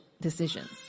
decisions